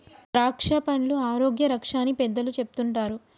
ద్రాక్షపండ్లు ఆరోగ్య రక్ష అని పెద్దలు చెపుతుంటారు